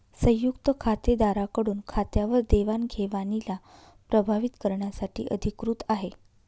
संयुक्त खातेदारा कडून खात्यावर देवाणघेवणीला प्रभावीत करण्यासाठी अधिकृत आहे